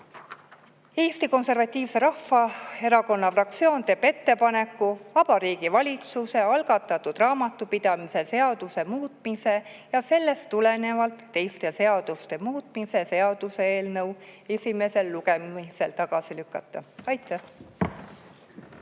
Eesti Konservatiivse Rahvaerakonna fraktsioon teeb ettepaneku Vabariigi Valitsuse algatatud raamatupidamise seaduse muutmise ja sellest tulenevalt teiste seaduste muutmise seaduse eelnõu esimesel lugemisel tagasi lükata. Aitäh!